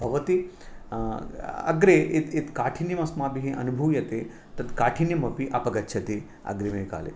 भवति अग्रे यत् यत् काठिन्यम् अस्माभिः अनुभूयते तत् काठिन्यमपि अपगच्छति अग्रिमे काले